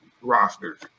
rosters